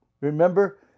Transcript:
Remember